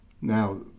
Now